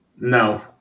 No